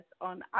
on